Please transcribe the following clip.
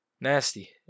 Nasty